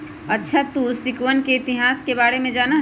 अच्छा तू सिक्कवन के इतिहास के बारे में जाना हीं?